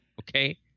okay